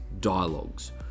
dialogues